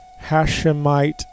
Hashemite